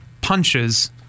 punches